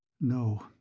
No